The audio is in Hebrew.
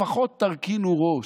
לפחות תרכינו ראש.